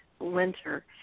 winter